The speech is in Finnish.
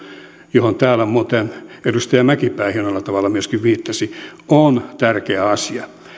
johon täällä muuten edustaja mäkipää hienolla tavalla myöskin viittasi on tärkeä asia